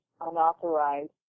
unauthorized